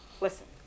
Listen